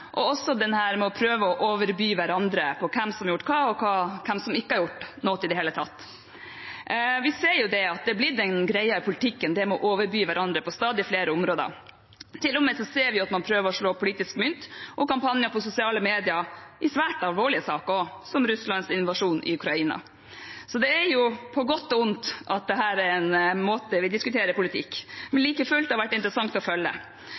og også hvordan man prøver å overby hverandre med hvem som har gjort hva, og hvem som ikke har gjort noe i det hele tatt. Vi ser at det har blitt en greie i politikken, det med å overby hverandre på stadig flere områder. Vi ser til og med at man prøver å slå politisk mynt i kampanjer på sosiale medier om svært alvorlige saker også, som Russlands invasjon i Ukraina. Det er på godt og vondt at dette er en måte vi diskuterer politikk på, men like fullt har det vært interessant å følge.